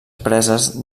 preses